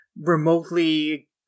remotely